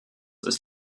ist